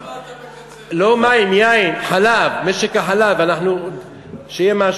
לא מים, יין, חלב, משק החלב, אנחנו שיהיה משהו.